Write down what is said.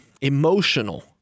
emotional